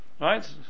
right